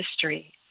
history